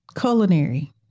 culinary